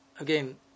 again